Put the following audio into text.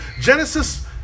Genesis